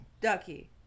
Ducky